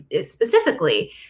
specifically